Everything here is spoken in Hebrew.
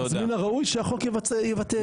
אז מן הראוי שהחוק יבטא את זה.